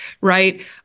right